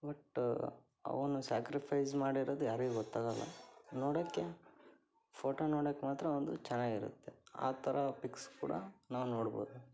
but ಅವನ sacrifice ಮಾಡಿರೋದು ಯಾರಿಗೂ ಗೊತ್ತಾಗಲ್ಲ ನೋಡೋಕ್ಕೆ ಫೋಟೋ ನೋಡೋಕ್ಕೆ ಮಾತ್ರ ಅವ್ನದು ಚೆನ್ನಾಗಿರುತ್ತೆ ಆ ಥರ ಪಿಕ್ಸ್ ಕೂಡಾ ನಾವು ನೋಡ್ಬೋದು